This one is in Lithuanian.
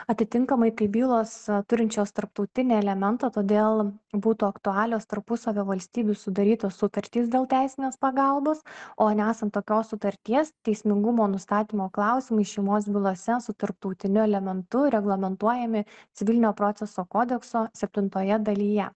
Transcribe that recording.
atitinkamai kai bylos turinčios tarptautinį elementą todėl būtų aktualios tarpusavio valstybių sudarytos sutartys dėl teisinės pagalbos o nesant tokios sutarties teismingumo nustatymo klausimai šeimos bylose su tarptautiniu elementu reglamentuojami civilinio proceso kodekso septintoje dalyje